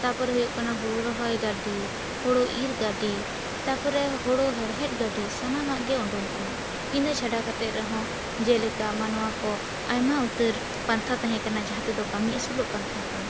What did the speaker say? ᱛᱟᱨᱯᱚᱨᱮ ᱦᱩᱭᱩᱜ ᱠᱟᱱᱟ ᱦᱳᱲᱳ ᱨᱚᱦᱚᱭ ᱜᱟᱹᱰᱤ ᱦᱳᱲᱳ ᱤᱨ ᱜᱟᱹᱰᱤ ᱛᱟᱨᱯᱚᱨᱮ ᱦᱳᱲᱳ ᱦᱮᱲᱦᱮᱫ ᱜᱟᱹᱰᱤ ᱥᱟᱱᱟᱢᱟᱜ ᱜᱮ ᱩᱰᱩᱝ ᱟᱠᱟᱱᱟ ᱤᱱᱟᱹ ᱪᱷᱟᱰᱟ ᱠᱟᱛᱮ ᱨᱮᱦᱚᱸ ᱡᱮᱞᱮᱠᱟ ᱢᱟᱱᱚᱣᱟ ᱠᱚ ᱟᱭᱢᱟ ᱩᱛᱟᱹᱨ ᱯᱟᱱᱛᱷᱟ ᱛᱟᱦᱮᱸ ᱠᱟᱱᱟ ᱡᱟᱦᱟᱸ ᱛᱮ ᱫᱚ ᱠᱟᱹᱢᱤ ᱟᱹᱥᱩᱞᱚᱜ ᱠᱟᱱ ᱛᱟᱦᱮᱸ ᱠᱟᱱᱟ